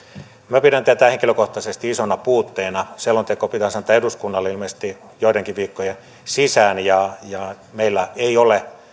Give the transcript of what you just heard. minä pidän tätä henkilökohtaisesti isona puutteena selonteko pitäisi antaa eduskunnalle ilmeisesti joidenkin viikkojen sisään ja ja meillä ei ole